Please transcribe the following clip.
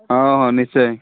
ହଁ ହଁ ନିଶ୍ଚୟ